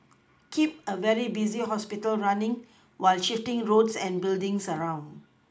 keep a very busy hospital running while shifting roads and buildings around